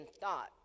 thought